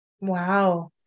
Wow